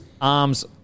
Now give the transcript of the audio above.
Arms